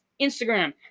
Instagram